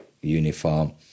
uniform